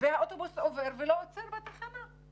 והאוטובוס עובר ולא עוצר בתחנה.